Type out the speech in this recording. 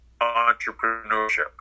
entrepreneurship